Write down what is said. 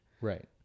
Right